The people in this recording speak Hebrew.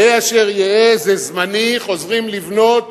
יהא אשר יהא, זה זמני, חוזרים לבנות